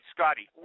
Scotty